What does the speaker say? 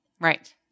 Right